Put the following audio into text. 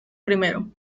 primero